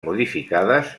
modificades